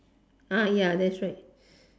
ya that's right